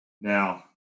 Now